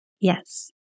Yes